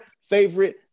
favorite